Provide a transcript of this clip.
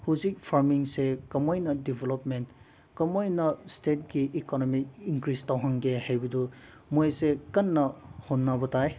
ꯍꯧꯖꯤꯛ ꯐꯥꯔꯃꯤꯡꯁꯦ ꯀꯃꯥꯏꯅ ꯗꯤꯕꯦꯜꯂꯞꯄꯦꯟ ꯀꯃꯥꯏꯅ ꯏꯁꯇꯦꯠꯀꯤ ꯏꯀꯣꯅꯣꯃꯤꯛ ꯏꯪꯀ꯭ꯔꯤꯁ ꯇꯧꯍꯟꯒꯦ ꯍꯥꯏꯕꯗꯨ ꯃꯣꯏꯁꯦ ꯀꯟꯅ ꯍꯣꯠꯅꯕ ꯇꯥꯏ